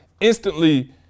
instantly